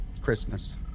Christmas